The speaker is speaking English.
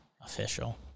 Official